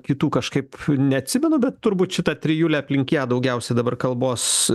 kitų kažkaip neatsimenu bet turbūt šita trijulė aplink ją daugiausiai dabar kalbos